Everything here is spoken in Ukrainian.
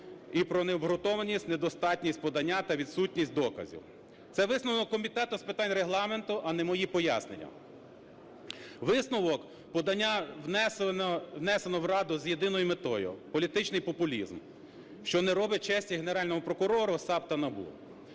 і про необґрунтованість, недостатність подання та відсутність доказів. Це висновок Комітету з питань Регламенту, а не мої пояснення. Висновок: подання внесено в Раду з єдиною метою – політичний популізм, що не робить честі Генеральному прокурору, САП та НАБУ.